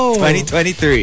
2023